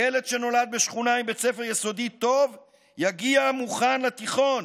ילד שנולד בשכונה עם בית ספר יסודי טוב יגיע מוכן לתיכון,